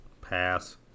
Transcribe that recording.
Pass